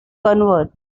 convert